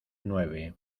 nueve